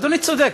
אדוני צודק.